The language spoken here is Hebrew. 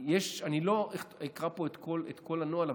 אני לא אקרא פה את כל הנוהל,